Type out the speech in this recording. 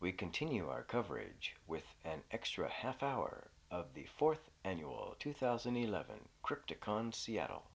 we continue our coverage with an extra half hour of the fourth annual two thousand and eleven cryptic con seattle